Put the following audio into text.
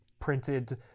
printed